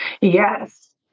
Yes